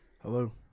Hello